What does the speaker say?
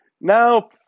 Now